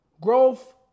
Growth